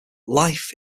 life